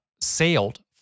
sailed